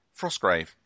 Frostgrave